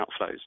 outflows